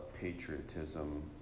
patriotism